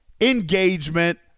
engagement